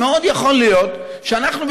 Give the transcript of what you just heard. מאוד יכול להיות שאנחנו,